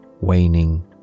waning